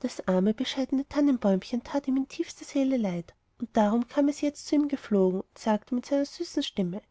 das arme bescheidne tannenbäumchen tat ihm in tiefster seele leid und darum kam es jetzt zu ihm geflogen und sagte mit seiner süßen stimme